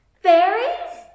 Fairies